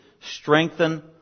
Strengthen